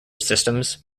systems